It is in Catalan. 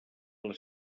les